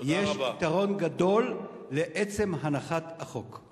יש יתרון גדול לעצם הנחת החוק.